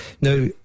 Now